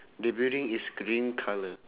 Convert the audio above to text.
the building is green colour